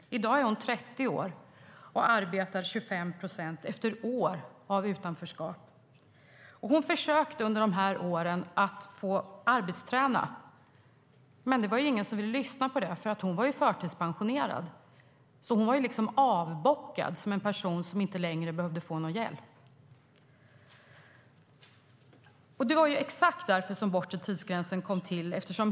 I dag är hon 30 år och arbetar 25 procent efter år av utanförskap. Hon försökte under de här åren att få arbetsträna, men det var ingen som ville lyssna på det, för hon var förtidspensionerad. Hon var liksom avbockad, som en person som inte längre behövde få någon hjälp. Det var exakt därför som den bortre tidsgränsen kom till.